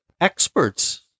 Experts